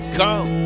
come